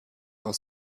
aus